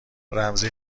رمزی